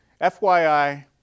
FYI